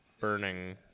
burning